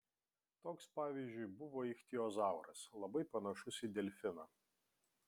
toks pavyzdžiui buvo ichtiozauras labai panašus į delfiną